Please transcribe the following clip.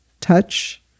touch